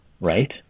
right